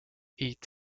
eat